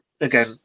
again